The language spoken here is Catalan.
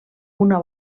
una